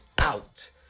out